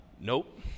Nope